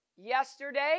Yesterday